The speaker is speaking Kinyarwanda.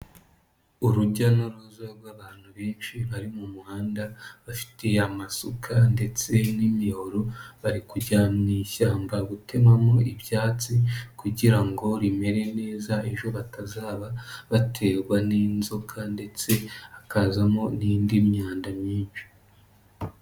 Urujya n'uruza rw'abantu benshi bari mu muhanda, bafite amasuka ndetse n'imihoro, bari kujya mu ishyamba gutemamo ibyatsi kugira ngo rimere neza, ejo batazaba baterwa n'inzoka ndetse hakazamo n'indi myanda myinshi.